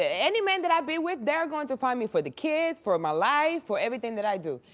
any man that i've been with they are going to fight me for the kids, for my life, for everything that i do.